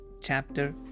chapter